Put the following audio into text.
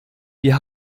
wir